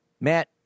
Matt